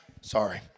Sorry